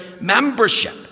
membership